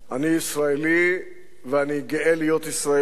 אני ישראלי ואני גאה להיות ישראלי.